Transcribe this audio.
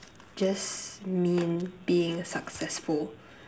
just mean being successful